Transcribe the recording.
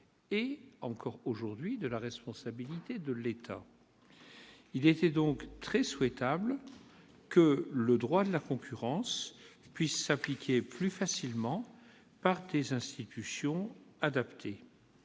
est encore aujourd'hui de la responsabilité de l'État. Il était donc très souhaitable que le droit de la concurrence puisse s'appliquer plus facilement, à travers des institutions adaptées.